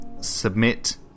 submit